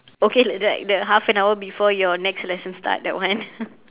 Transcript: okay like like the half an hour before your next lesson start that one